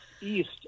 east